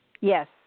Yes